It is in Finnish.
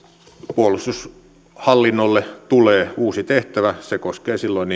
puolustushallinnolle tulee uusi tehtävä se koskee silloin